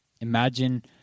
Imagine